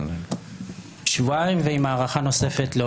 שבועיים ועם הארכה נוספת.